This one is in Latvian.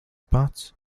pats